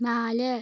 നാല്